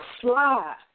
fly